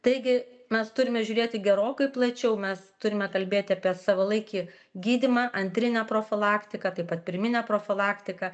taigi mes turime žiūrėti gerokai plačiau mes turime kalbėti apie savalaikį gydymą antrinę profilaktiką taip pat pirminę profilaktiką